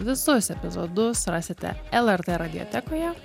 visus epizodus rasite lrt radijotekoje